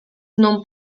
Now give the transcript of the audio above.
non